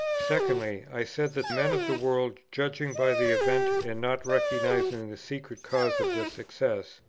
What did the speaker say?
secondly, i said that men of the world, judging by the event, and not recognizing the secret causes of the success,